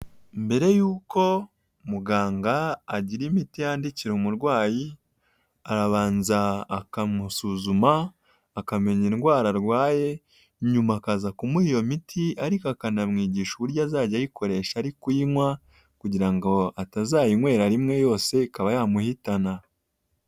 Mbere y'uko muganga agira imiti yandikira umurwayi, arabanza akamusuzuma akamenya indwara arwaye, nyuma akaza kumuha iyo miti ariko akanamwigisha uburyo azajya ayikoresha ari kuyinywa, kugira ngo atazayinywera rimwe yose ikaba yamuhitana.